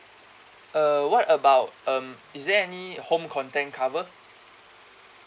uh what about um is there any home content cover